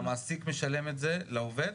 המעסיק משלם את זה לעובד?